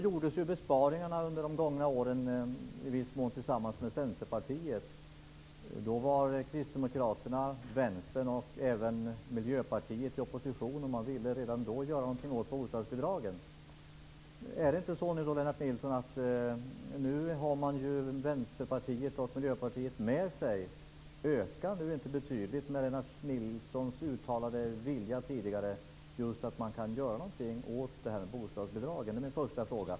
Under de gångna åren gjordes besparingarna i viss mån tillsammans med Centerpartiet. Då var Kristdemokraterna, Vänstern och även Miljöpartiet i opposition och ville redan då göra något åt bostadsbidragen. När ni nu har Vänsterpartiet och Miljöpartiet med er, ökar då inte Lennart Nilssons tidigare uttalade vilja att göra någonting åt bostadsbidragen? Det är min första fråga.